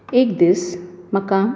एक दीस म्हाका